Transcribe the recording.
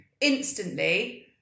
instantly